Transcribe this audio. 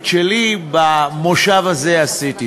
את שלי במושב הזה עשיתי.